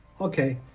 Okay